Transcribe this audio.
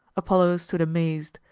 apollo stood amazed.